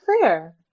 fair